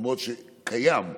למרות שזה קיים,